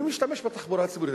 מי משתמש בתחבורה הציבורית?